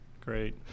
Great